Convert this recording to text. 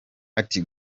ati